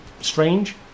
strange